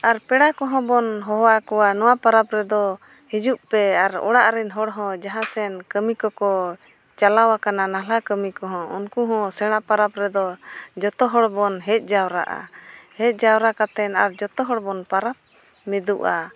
ᱟᱨ ᱯᱮᱲᱟ ᱠᱚᱦᱚᱸᱵᱚᱱ ᱦᱚᱦᱚᱣᱟᱠᱚᱣᱟ ᱱᱚᱣᱟ ᱯᱚᱨᱚᱵᱽ ᱨᱮᱫᱚ ᱦᱤᱡᱩᱜ ᱯᱮ ᱟᱨ ᱚᱲᱟᱜ ᱨᱮᱱ ᱦᱚᱲᱦᱚᱸ ᱡᱟᱦᱟᱸᱥᱮᱱ ᱠᱟᱹᱢᱤ ᱠᱚᱠᱚ ᱪᱟᱞᱟᱣ ᱟᱠᱟᱱᱟ ᱱᱟᱞᱦᱟ ᱠᱟᱹᱢᱤ ᱠᱚᱦᱚᱸ ᱩᱱᱠᱩ ᱦᱚᱸ ᱥᱮᱬᱟ ᱯᱚᱨᱚᱵᱽ ᱨᱮᱫᱚ ᱡᱚᱛᱚ ᱦᱚᱲᱵᱚᱱ ᱦᱮᱡ ᱡᱟᱣᱨᱟᱜᱼᱟ ᱦᱮᱡ ᱡᱟᱣᱨᱟ ᱠᱟᱛᱮᱫ ᱡᱚᱛᱚ ᱦᱚᱲᱵᱚᱱ ᱯᱚᱨᱚᱵᱽ ᱢᱤᱫᱚᱜᱼᱟ